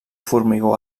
formigó